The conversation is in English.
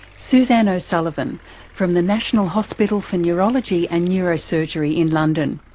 suzanne o'sullivan from the national hospital for neurology and neurosurgery in london,